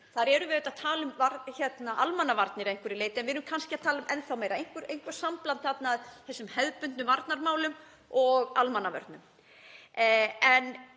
Þar erum við að tala um almannavarnir að einhverju leyti en við erum kannski að tala enn þá meira um eitthvert sambland þarna af hefðbundnum varnarmálum og almannavörnum.